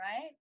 right